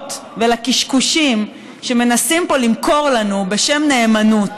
לשטויות ולקשקושים שמנסים פה למכור לנו בשם נאמנות.